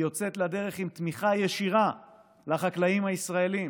היא יוצאת לדרך עם תמיכה ישירה לחקלאים הישראלים